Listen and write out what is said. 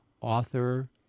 Author